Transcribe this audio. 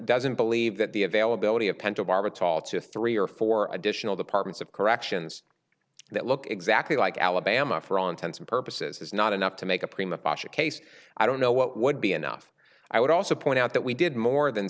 doesn't believe that the availability of pentobarbital to three or four additional departments of corrections that look exactly like alabama for all intents and purposes is not enough to make a prima case i don't know what would be enough i would also point out that we did more than